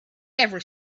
never